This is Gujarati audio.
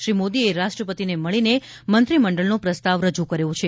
શ્રી મોદીએ રાષ્ટ્રપતિને મળીને મંત્રીમંડળનો પ્રસ્તાવ રજૂ કર્યો છે